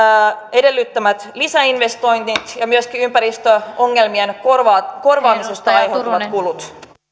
edellyttämät lisäinvestoinnit ja myöskin ympäristöongelmien korvaamisesta korvaamisesta aiheutuvat kulut